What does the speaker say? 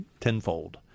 tenfold